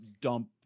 dump